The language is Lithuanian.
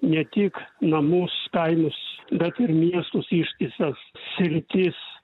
ne tik namus kaimus bet ir miestus ištisas sritis